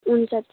हुन्छ